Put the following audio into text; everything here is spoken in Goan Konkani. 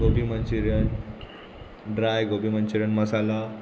gobi Manchurian dry gobi Manchurian masala